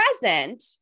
present